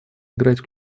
играть